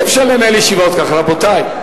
אי-אפשר לנהל ישיבות ככה, רבותי.